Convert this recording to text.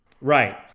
Right